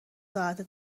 ساعته